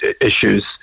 issues